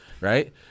right